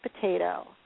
potato